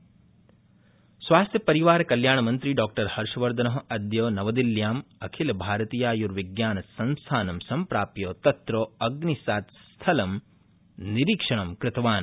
हर्षवर्धन स्वास्थ्यपरिवारकल्याणमन्त्री डॉ हर्षवर्धन अद्य नवदिल्ल्याम् अखिलभारतीयायर्विज्ञानसंस्थानं संप्राप्य तत्र अग्नीसात्स्थलस्य निरीक्षणं कृतवान्